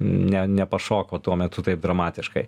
ne nepašoko tuo metu taip dramatiškai